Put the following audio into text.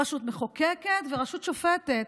רשות מחוקקת ורשות שופטת.